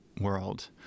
world